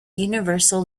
universal